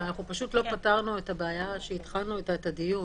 אבל אנחנו פשוט לא פתרנו את הבעיה שהתחלנו איתה את הדיון,